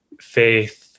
faith